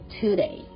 today